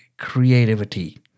Creativity